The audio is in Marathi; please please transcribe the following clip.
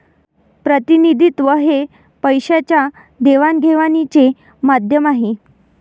प्रतिनिधित्व हे पैशाच्या देवाणघेवाणीचे माध्यम आहे